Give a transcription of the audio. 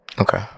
Okay